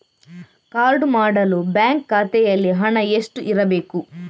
Card ಮಾಡಲು bank ಖಾತೆಯಲ್ಲಿ ಹಣ ಎಷ್ಟು ಇರಬೇಕು?